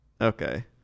Okay